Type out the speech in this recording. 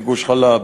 בגוש-חלב,